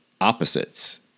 opposites